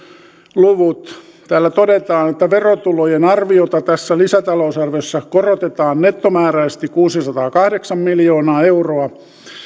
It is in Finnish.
luvut täällä todetaan että verotulojen arviota tässä lisätalousarviossa korotetaan nettomääräisesti kuusisataakahdeksan miljoonaa euroa